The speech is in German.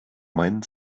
mein